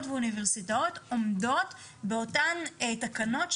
ואוניברסיטאות עומדות באותן תקנות,